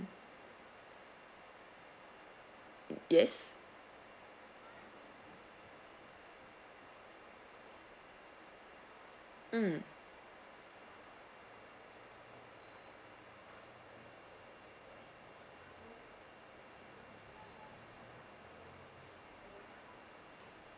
yes mm